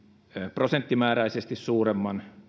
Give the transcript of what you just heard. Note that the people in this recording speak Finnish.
prosenttimääräisesti suuremman